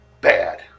bad